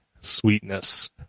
sweetness